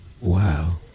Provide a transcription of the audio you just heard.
Wow